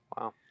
Wow